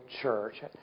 church